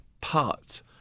parts